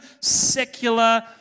secular